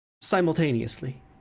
simultaneously